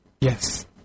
Yes